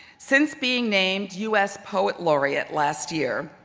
since being named us poet laureate last year,